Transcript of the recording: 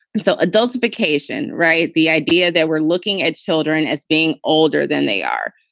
and so adults vacation, right. the idea that we're looking at children as being older than they are,